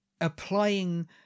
Applying